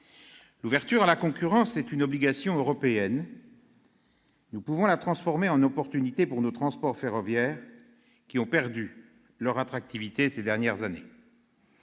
L'ouverture à la concurrence est une obligation européenne. Nous pouvons la transformer en opportunité pour nos transports ferroviaires, qui ont perdu de leur attractivité ces dernières années.